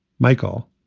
michael.